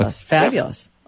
Fabulous